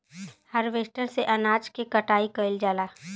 harvester से अनाज के कटाई कइल जाला